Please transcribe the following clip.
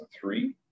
three